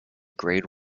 grade